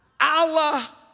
Allah